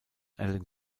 allen